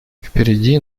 впереди